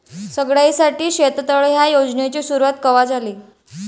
सगळ्याइसाठी शेततळे ह्या योजनेची सुरुवात कवा झाली?